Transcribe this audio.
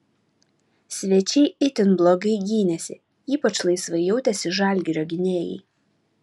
svečiai itin blogai gynėsi ypač laisvai jautėsi žalgirio gynėjai